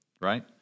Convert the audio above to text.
Right